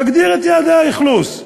תגדיר את יעדי האכלוס,